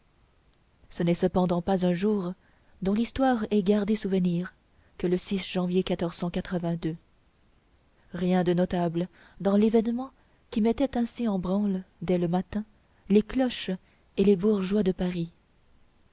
ce n'est cependant pas un jour dont l'histoire ait gardé souvenir que le janvier rien de notable dans l'événement qui mettait ainsi en branle dès le matin les cloches et les bourgeois de paris